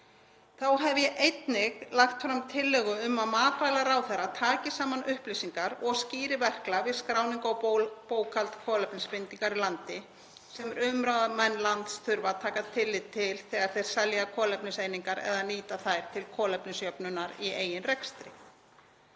Þá hef ég einnig lagt fram tillögu um að matvælaráðherra taki saman upplýsingar og skýri verklag við skráningu og bókhald kolefnisbindingar í landi sem umráðamenn lands þurfa að taka tillit til þegar þeir selja kolefniseiningar eða nýta þær til kolefnisjöfnunar í eigin rekstri.